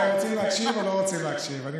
אתם רוצים להקשיב או לא רוצים להקשיב?